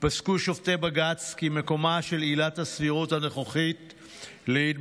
פסקו שופטי בג"ץ כי מקומו של ביטול עילת הסבירות הנוכחית להתבטל.